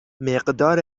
مقدار